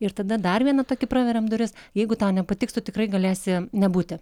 ir tada dar vieną tokį praveriam duris jeigu tau nepatiks tu tikrai galėsi nebūti